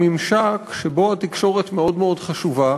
על ממשק שבו התקשורת מאוד מאוד חשובה.